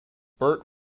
bert